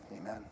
Amen